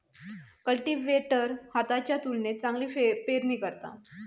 cultivator हाताच्या तुलनेत चांगली पेरणी करता